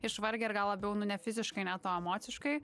išvargę ir gal labiau nu ne fiziškai net o emociškai